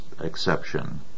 exception